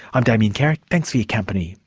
i'm damien carrick, thanks for your company